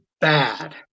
bad